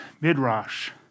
Midrash